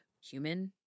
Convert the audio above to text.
human